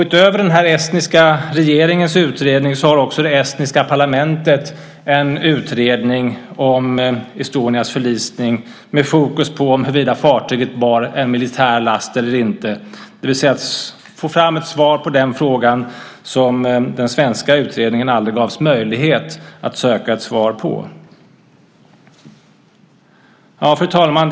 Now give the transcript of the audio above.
Utöver den estniska regeringens utredning har också det estniska parlamentet en utredning om Estonias förlisning med fokus på huruvida fartyget bar en militär last eller inte, det vill säga på att få fram ett svar på den fråga som den svenska utredningen aldrig gavs möjlighet att söka ett svar på. Fru talman!